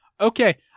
Okay